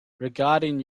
regarding